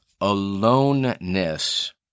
aloneness